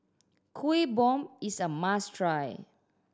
Kuih Bom is a must try